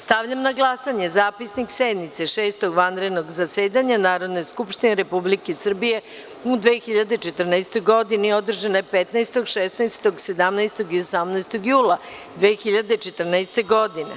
Stavljam na glasanje Zapisnik sednice Šestog vanrednog zasedanja Narodne skupštine Republike Srbije u 2014. godini, održane 15, 16, 17. i 18. jula 2014. godine.